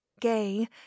gay